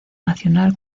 nacional